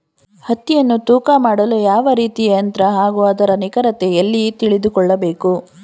ಹತ್ತಿಯನ್ನು ತೂಕ ಮಾಡಲು ಯಾವ ರೀತಿಯ ಯಂತ್ರ ಹಾಗೂ ಅದರ ನಿಖರತೆ ಎಲ್ಲಿ ತಿಳಿದುಕೊಳ್ಳಬೇಕು?